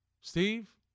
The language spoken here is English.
Steve